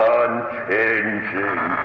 unchanging